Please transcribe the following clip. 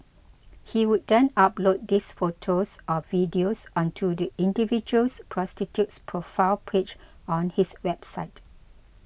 he would then upload these photos or videos onto the individual prostitute's profile page on his website